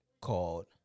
called